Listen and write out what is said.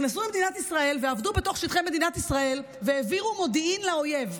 נכנסו למדינת ישראל ועבדו בתוך שטחי מדינת ישראל והעבירו מודיעין לאויב,